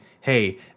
hey